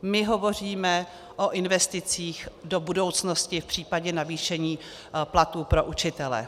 My hovoříme o investicích do budoucnosti v případě navýšení platů pro učitele.